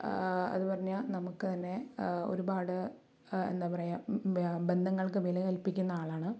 അത് പറഞ്ഞാൽ നമുക്ക് തന്നെ ഒരുപാട് എന്താ പറയുക ബന്ധങ്ങൾക്ക് വില കല്പിക്കുന്ന ആളാണ്